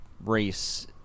race